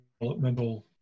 developmental